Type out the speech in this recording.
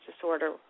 disorder